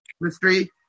Mystery